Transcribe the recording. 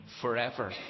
forever